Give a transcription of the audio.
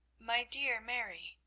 my dear mary,